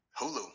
Hulu